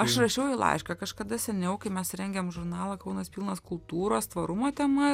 aš rašiau jai laišką kažkada seniau kai mes rengėm žurnalą kaunas pilnas kultūros tvarumo tema